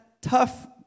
tough